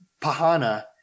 Pahana